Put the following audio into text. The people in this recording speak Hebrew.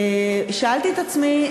שאלתי את עצמי,